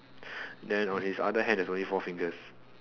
then on his other hand there's only four fingers